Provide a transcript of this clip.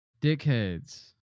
Dickheads